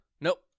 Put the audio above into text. Nope